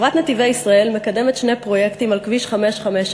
חברת "נתיבי ישראל" מקדמת שני פרויקטים על כביש 554,